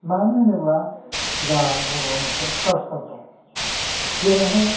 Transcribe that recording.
मानो होनोब्ला जोंहा बर'आ मोनसे काल्सार दं जेरैहाय